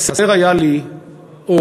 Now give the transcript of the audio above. חסר היה לי אור,